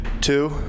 two